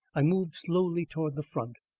i moved slowly towards the front.